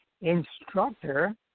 instructor